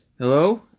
Hello